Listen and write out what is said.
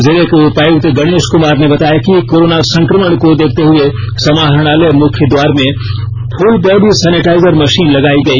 जिले के उपायुक्त गणेश कुमार ने बताया कि कोरोना संक्रमण को देखते हुए समाहरणालय मुख्य द्वार में फुल बॉडी सैनिटाइजर मशीन लगाई गई